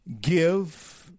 give